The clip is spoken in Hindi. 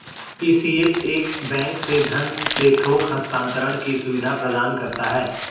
ई.सी.एस एक बैंक से धन के थोक हस्तांतरण की सुविधा प्रदान करता है